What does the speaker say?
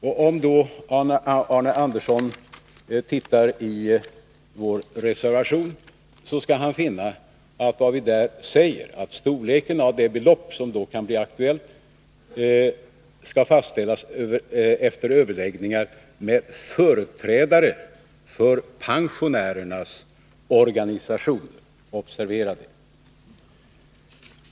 Om Arne Andersson läser vår reservation, skall han finna att vi skriver att storleken av det belopp som då kan bli aktuellt skall ”fastställas efter överläggningar med företrädare för pensionärernas organisationer” Observera detta!